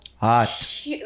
hot